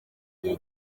gihe